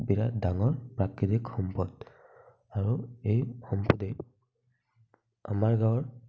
বিৰাত ডাঙৰ প্ৰাকৃতিক সম্পদ আৰু এই সম্পদেই আমাৰ গাওঁৰ